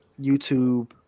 YouTube